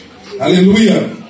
Hallelujah